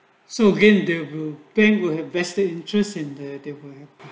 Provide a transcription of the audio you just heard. so again they will bank will have vested interest in the table